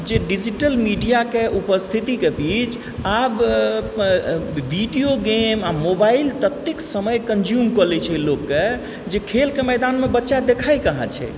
जे डिजिटल मीडियाक उपस्थितिकऽ बीच आब भीडियोगेम आ मोबाइल ततेक समय कन्ज्यूम कऽ लैत छै लोकके जे खेलके मैदानमे बच्चा देखैत कहाँ छै